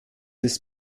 ist